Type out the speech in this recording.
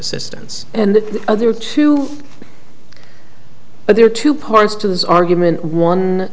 assistance and the other two but there are two parts to this argument one